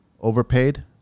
overpaid